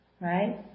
right